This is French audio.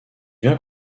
bien